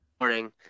morning